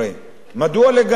מדוע לגנות את זה?